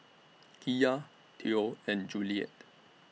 Kiya Theo and Juliette